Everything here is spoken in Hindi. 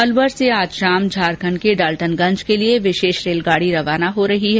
अलवर से आज शाम झारखण्ड के डाल्टनगंज के लिए विशेष रेलगाडी रवाना हो रही है